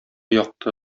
якты